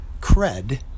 cred